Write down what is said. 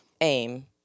aim